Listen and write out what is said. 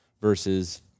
versus